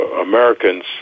Americans